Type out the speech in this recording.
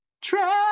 trap